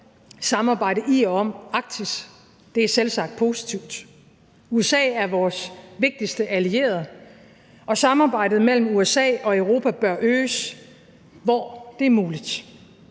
samarbejde i og omkring Arktis – det er selvsagt positivt. USA er vores vigtigste allierede, og samarbejdet mellem USA og Europa bør øges, hvor det er muligt,